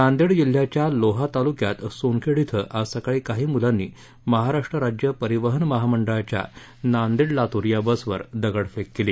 नाईंडे जिल्ह्याच्या लोहा तालुक्यात सोनखेड इथ आज सकाळी काही मुलांपी महाराष्ट्र राज्य परिवहन महामहिळाच्या नाईंडे लातूर या बसवर दगडफेक केली